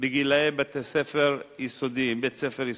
בגילי בית-ספר יסודי.